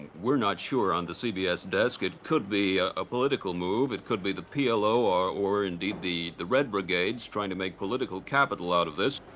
we're not sure on the cbs desk, it could be a ah political move, it could be the plo or or indeed the the red brigades trying to make political capital out of this.